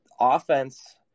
offense